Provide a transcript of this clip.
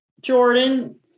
Jordan